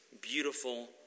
beautiful